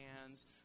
hands